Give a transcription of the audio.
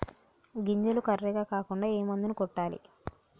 గింజలు కర్రెగ కాకుండా ఏ మందును కొట్టాలి?